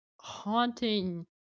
haunting